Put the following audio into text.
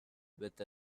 with